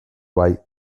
bai